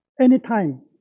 anytime